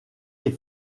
est